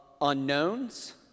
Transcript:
unknowns